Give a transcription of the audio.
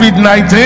COVID-19